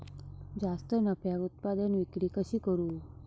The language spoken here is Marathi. जास्त नफ्याक उत्पादन विक्री कशी करू?